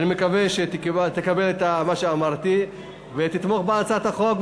אני מקווה שתקבל את מה שאמרתי ותתמוך בהצעת החוק,